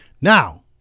Now